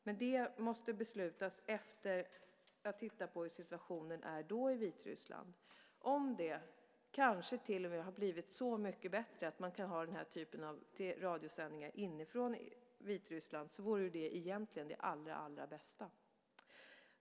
Men det måste beslutas efter det att man har tittat på hur situationen då är i Vitryssland. Om det kanske till och med har blivit så mycket bättre att man kan ha den här typen av radiosändningar inifrån Vitryssland är det egentligen det allra allra bästa.